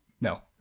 No